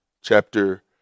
chapter